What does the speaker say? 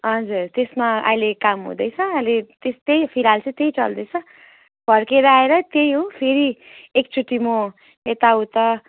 हजुर त्यसमा अहिले काम हुँदैछ अहिले त्यस्तै फिलहाल चाहिँ त्यही चल्दैछ फर्केर आएर त्यही हो फेरि एकचोटि म यता उता